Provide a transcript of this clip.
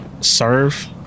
serve